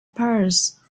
purse